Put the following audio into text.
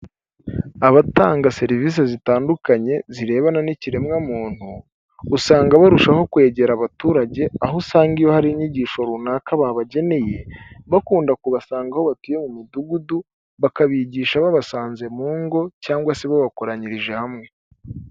Abatanga serivisi zitandukanye zirebana n'ikiremwamuntu, usanga barushaho kwegera abaturage, aho usanga iyo hari inyigisho runaka babageneye, bakunda kubasanga aho batuye mu mudugudu, bakabigisha babasanze mu ngo, cyangwa se babakoranyirije hamwe.